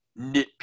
nitpicky